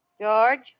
George